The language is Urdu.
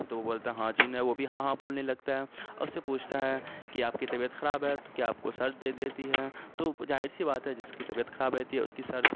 تو وہ بولتا ہاں جن ہے وہ بھی ہاں ہاں بولنے لگتا ہے اور اس سے پوچھتا ہے کہ آپ کی طبیعت خراب ہے تو کیا آپ کو سر درد دیتی ہے تو ظاہر سی بات ہے جس کی طبیعت خراب رہتی ہے اس کی سر